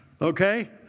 okay